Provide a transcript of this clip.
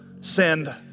send